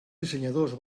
dissenyadors